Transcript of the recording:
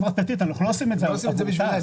אנחנו לא עושים את זה עבור תע"ש.